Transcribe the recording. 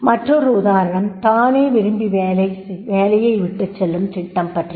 மற்றொரு உதாரணம் தானே விரும்பி வேலையை விட்டுச்செல்லும் திட்டம் பற்றியது